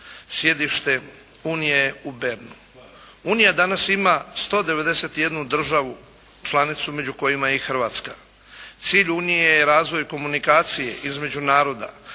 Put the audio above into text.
sjedište Unije je u Bernu. Unija danas ima 191 državu članicu među kojima je i Hrvatska. Cilj Unije je razvoj komunikacije između naroda